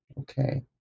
Okay